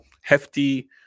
hefty